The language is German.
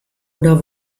oder